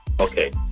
Okay